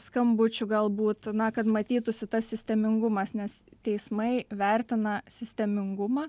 skambučių galbūt na kad matytųsi tas sistemingumas nes teismai vertina sistemingumą